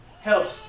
helps